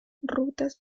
rutas